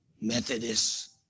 Methodist